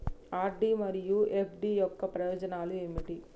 RD మరియు FD యొక్క ప్రయోజనాలు ఏంటి?